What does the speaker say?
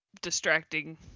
distracting